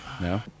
No